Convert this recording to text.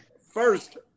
First